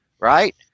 right